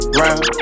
round